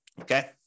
okay